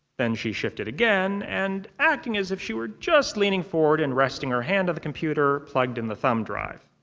then she shifted again and, acting as if she were just leaning forward and resting her hand on the computer, plugged in the thumb drive.